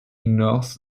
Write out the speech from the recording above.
north